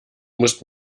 musst